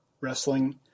wrestling